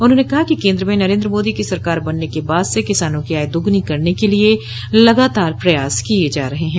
उन्होंने कहा कि केन्द्र में नरेन्द्र मोदी की सरकार बनने के बाद से किसानों की आय दोगुनी करने के लिए लगातार प्रयास किये जा रहे हैं